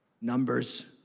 numbers